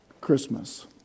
Christmas